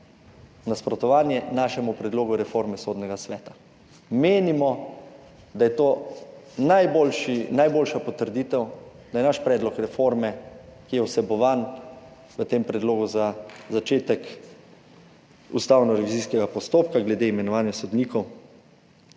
nasprotovanje našemu predlogu reforme Sodnega sveta. Menimo, da je to najboljša potrditev, da je naš predlog reforme, ki je vsebovan v tem predlogu za začetek ustavnorevizijskega postopka glede imenovanja sodnikov,